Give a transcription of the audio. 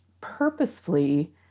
purposefully